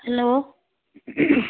hello